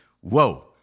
whoa